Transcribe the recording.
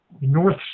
North